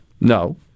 No